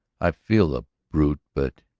i feel the brute. but.